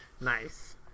Nice